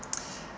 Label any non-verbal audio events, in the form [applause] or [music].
[noise]